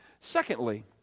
Secondly